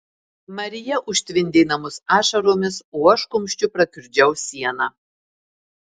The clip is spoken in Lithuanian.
marija užtvindė namus ašaromis o aš kumščiu prakiurdžiau sieną